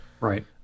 Right